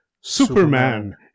Superman